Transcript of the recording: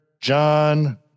John